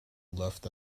left